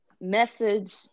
message